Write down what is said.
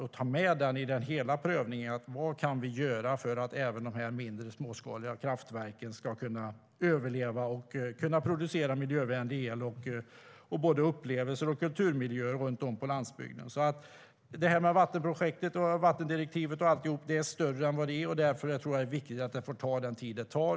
Man borde ta med i prövningen vad vi kan göra för att även de småskaliga kraftverken ska kunna överleva och producera miljövänlig el samt upplevelser och kulturmiljöer runt om på landsbygden. Det här med vattenprojektet, vattendirektivet och alltihop är större än vad det är, och därför tror jag att det är viktigt att det får ta den tid det tar.